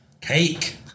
cake